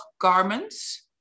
garments